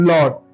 Lord